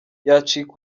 yacika